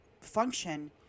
function